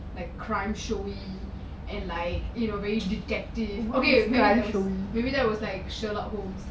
like crime show-y and like you know very detective okay maybe that was like sherlock holmes